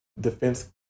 defense